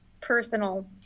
personal